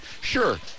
sure